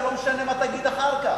ולא משנה מה תגיד אחר כך.